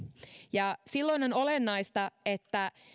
silloin on olennaista että